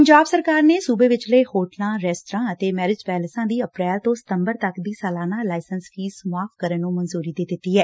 ਪੰਜਾਬ ਸਰਕਾਰ ਨੇ ਸੂਬੇ ਵਿਚਲੇ ਹੋਟਲਾਂ ਰੇਂਸਤਰਾਂ ਅਤੇ ਮੈਰਿਜ ਪੈਲੇਸਾਂ ਦੀ ਅਪੈ੍ਲ ਤੋਂ ਸਤੰਬਰ ਤੱਕ ਦੀ ਸਾਲਾਨਾ ਲਾਇਸੈਂਸ ਫ਼ੀਸ ਮਾਫ਼ ਕਰਨ ਨੂੰ ਮਨਜੂਰੀ ਦੇ ਦਿੱਤੀ ਐ